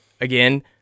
again